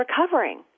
recovering